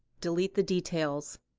delete the details.